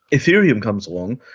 ethereum comes along.